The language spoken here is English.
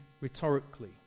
rhetorically